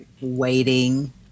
waiting